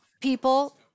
people